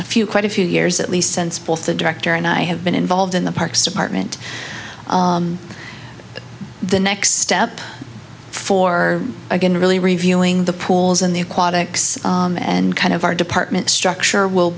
a few quite a few years at least since both the director and i have been involved in the parks department the next step for again really revealing the pools in the aquatics and kind of our department structure will